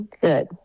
Good